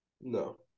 No